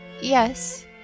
Yes